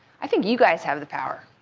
i think you guys have the power.